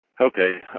Okay